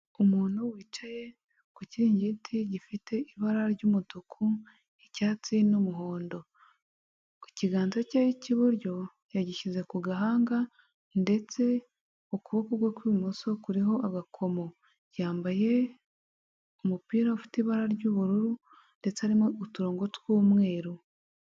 Umuntu wicaye ku kiringiti gifite ibara ry'umutuku icyatsi n'umuhondo ku kiganza cye cy'iburyo yagishyize ku gahanga ndetse ukuboko kwe kw'ibumoso kuriho agakomo yambaye umupira ufite ibara ry'ubururu ndetse arimo uturongo tw'umweru.